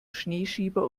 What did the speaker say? schneeschieber